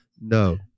No